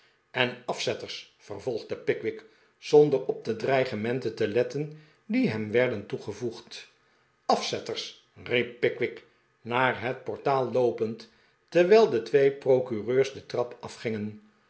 en afzetters vervolgde pickwick zonder op de dreigementen te letten die hem werden toegevoegd afzetters riep pickwick naar het portaal loopend terwijl de twee procureurs de trap afgingen